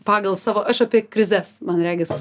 pagal savo aš apie krizes man regis